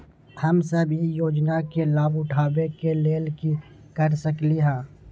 हम सब ई योजना के लाभ उठावे के लेल की कर सकलि ह?